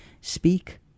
Speak